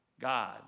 God